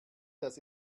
das